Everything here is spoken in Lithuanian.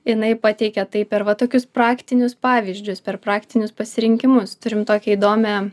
jinai pateikė tai per va tokius praktinius pavyzdžius per praktinius pasirinkimus turim tokią įdomią